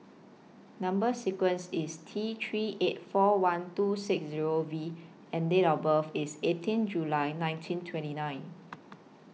Number sequence IS T three eight four one two six Zero V and Date of birth IS eighteen July nineteen twenty nine